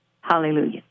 hallelujah